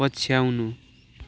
पछ्याउनु